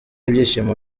ibyishimo